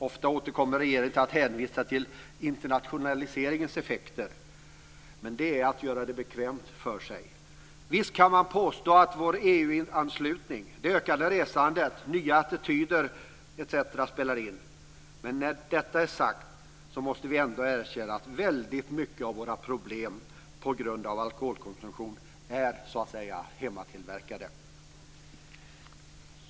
Ofta återkommer regeringen till att hänvisa till internationaliseringens effekter, men det är att göra det bekvämt för sig. Visst kan man påstå att vår EU anslutning, det ökade resandet, nya attityder etc. spelar in, men när detta är sagt måste vi ändå erkänna att väldigt mycket av våra problem på grund av alkoholkonsumtion är så att säga hemmatillverkade.